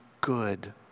good